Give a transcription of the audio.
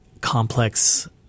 complex